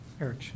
Eric